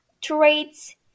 traits